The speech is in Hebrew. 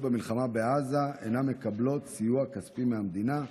במלחמה בעזה אינן מקבלות סיוע כספי מהמדינה.